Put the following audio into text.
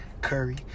Curry